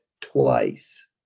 twice